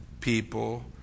people